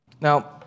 Now